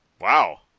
Wow